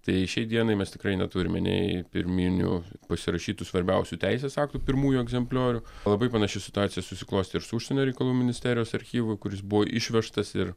tai šiai dienai mes tikrai neturime nei pirminių pasirašytų svarbiausių teisės aktų pirmųjų egzempliorių labai panaši situacija susiklostė ir su užsienio reikalų ministerijos archyvu kuris buvo išvežtas ir